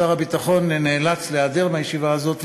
שר הביטחון נאלץ להיעדר מהישיבה הזאת,